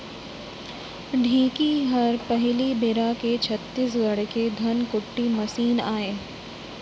ढेंकी हर पहिली बेरा के छत्तीसगढ़ के धनकुट्टी मसीन आय